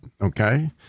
Okay